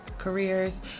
careers